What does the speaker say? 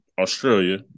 Australia